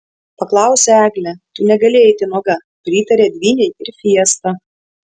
paklausė eglė tu negali eiti nuoga pritarė dvynei ir fiesta